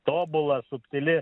tobula subtili